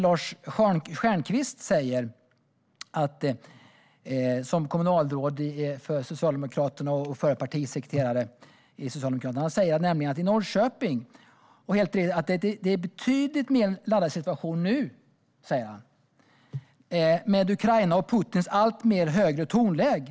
Lars Stjernkvist, kommunalråd i Norrköping och före detta partisekreterare för Socialdemokraterna, säger att situationen är betydligt mer laddad nu, med situationen i Ukraina och med Putins allt högre tonläge.